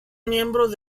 miembros